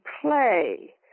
play